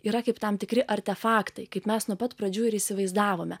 yra kaip tam tikri artefaktai kaip mes nuo pat pradžių ir įsivaizdavome